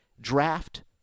draft